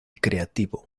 creativo